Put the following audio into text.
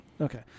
okay